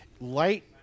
Light